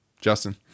Justin